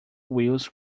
wheels